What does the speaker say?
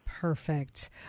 Perfect